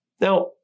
Now